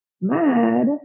mad